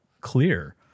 clear